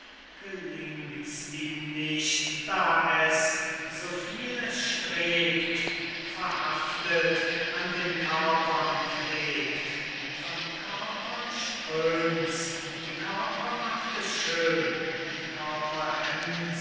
gelingt's ihm nicht da es so viel es strebt verhaftet an den körpern klebt von körpern strömt's die körper macht es schön ein körper